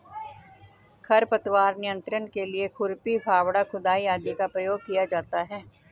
खरपतवार नियंत्रण के लिए खुरपी, फावड़ा, खुदाई आदि का प्रयोग किया जाता है